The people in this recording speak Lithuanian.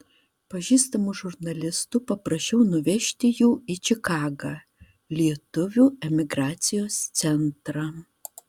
pažįstamų žurnalistų paprašiau nuvežti jų į čikagą lietuvių emigracijos centrą